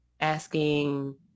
asking